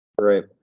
Right